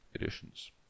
editions